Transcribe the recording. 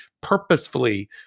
purposefully